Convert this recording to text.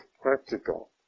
practical